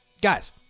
Guys